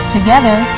Together